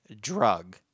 drug